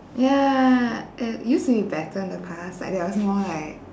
ya it used to be better in the past like there was more like